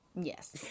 Yes